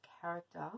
character